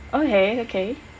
okay okay